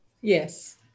Yes